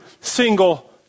single